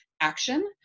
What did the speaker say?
action